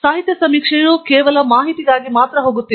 ಸಾಹಿತ್ಯ ಸಮೀಕ್ಷೆಯು ಕೆಲವು ಮಾಹಿತಿಗಾಗಿ ಮಾತ್ರ ಹೋಗುತ್ತಿದೆ